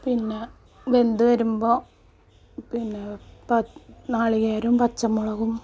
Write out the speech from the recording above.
പിന്നെ വെന്ത് വരുമ്പോൾ പിന്നെ പ നാളികേരവും പച്ചമുളകും